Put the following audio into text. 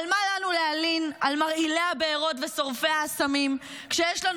אבל מה לנו להלין על מרעילי הבארות ושורפי האסמים כשיש לנו